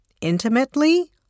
intimately